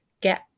get